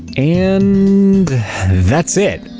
and that's it!